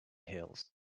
hills